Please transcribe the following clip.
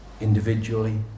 individually